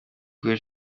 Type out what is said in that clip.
kubera